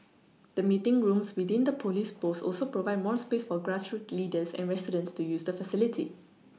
the meeting rooms within the police post also provide more space for grassroots leaders and residents to use the facilities